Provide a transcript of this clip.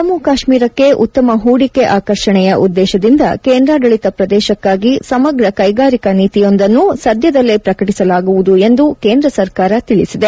ಜಮ್ಮ್ ಕಾಶ್ಟೀರಕ್ಕೆ ಉತ್ತಮ ಹೂಡಿಕೆ ಆಕರ್ಷಣೆಯ ಉದ್ದೇಶದಿಂದ ಕೇಂದ್ರಾಡಳಿತ ಪ್ರದೇಶಕ್ಕಾಗಿ ಸಮಗ್ರ ಕೈಗಾರಿಕಾ ನೀತಿಯೊಂದನ್ನು ಸದದಲ್ಲೇ ಪ್ರಕಟಿಸಲಾಗುವುದು ಎಂದು ಕೇಂದ್ರ ಸರ್ಕಾರ ತಿಳಿಸಿದೆ